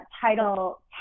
Title